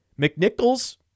McNichols